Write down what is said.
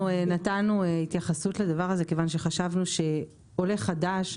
אנחנו נתנו התייחסות לדבר הזה כיוון שחשבנו שעולה חדש,